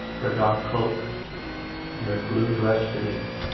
her dark cloak and her blue dress beneath.